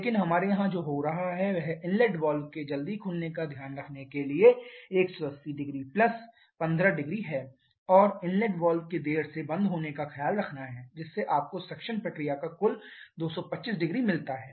लेकिन हमारे यहां जो हो रहा है वह इनलेट वाल्व के जल्दी खुलने का ध्यान रखने के लिए 1800 प्लस 150 है और इनलेट वाल्व के देर से बंद होने का ख्याल रखना है जिससे आपको सक्शन प्रक्रिया का कुल 2250 मिलता है